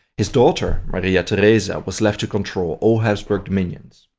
his daughter, maria teresa, was left to control all habsburg dominions.